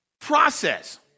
process